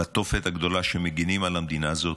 בתופת הגדולה, שמגינים על המדינה הזאת,